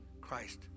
Christ